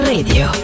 Radio